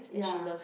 ya